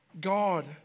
God